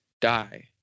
die